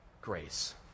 grace